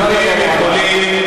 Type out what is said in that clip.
חבר הכנסת טלב אבו עראר,